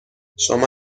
شما